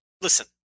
listen